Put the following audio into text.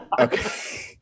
Okay